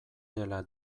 dela